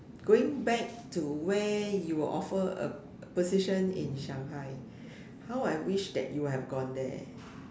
going back to where you were offer a position in Shanghai how I wish that you would have gone there